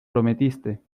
prometiste